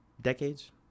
decades